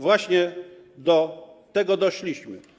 Właśnie do tego doszliśmy.